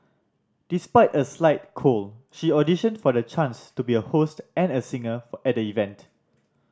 despite a slight cold she auditioned for the chance to be a host and a singer at the event